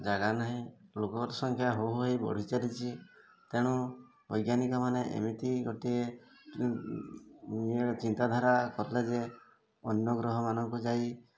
ଜାଗା ନାହିଁ ଲୋକର ସଂଖ୍ୟା ହୁ ହୁ ହେଇ ବଢ଼ି ଚାଲିଛି ତେଣୁ ବୈଜ୍ଞାନିକ ମାନେ ଏମିତି ଗୋଟିଏ ଚିନ୍ତାଧାରା କଲେ ଯେ ଅନ୍ୟ ଗ୍ରହମାନଙ୍କୁ ଯାଇ